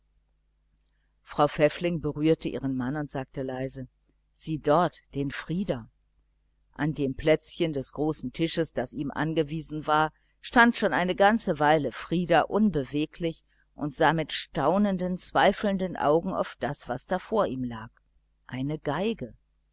frau pfäffling berührte ihren mann und sagte leise sieh dort den frieder an dem plätzchen des großen tisches das ihm angewiesen war stand schon eine ganze weile frieder unbeweglich und sah mit staunenden zweifelnden augen auf das was vor ihm lag eine